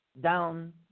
down